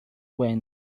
wind